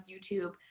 YouTube